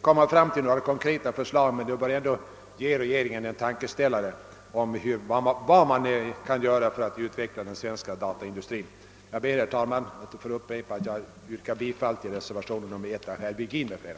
kommit fram till några konkreta förslag. För regeringen kan det dock vara en tankeställare om vad som skulle behöva göras för utvecklingen av den svenska dataindustrin. Jag ber, herr talman, att få upprepa att jag yrkar bifall till reservationen nr 1 av herr Virgin m.fl.